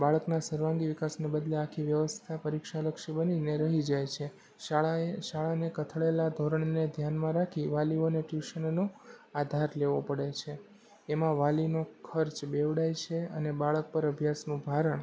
બાળકના સર્વાંગી વિકાસને બદલે આખી વ્યવસ્થા પરીક્ષાલક્ષી બનીને રહી જાય છે શાળાએ શાળાને કથળેલાં ધોરણને ધ્યાનમાં રાખી વાલીઓને ટયૂશનનો આધાર લેવો પડે છે એમાં વાલીનો ખર્ચ બેવડાય છે અને બાળક પર અભ્યાસનું ભારણ